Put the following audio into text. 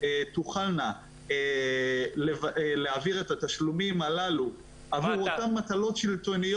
תוכלנה להעביר את התשלומים הללו עבור אותן מטלות שלטוניות.